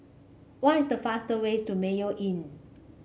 what is the fastest way to Mayo Inn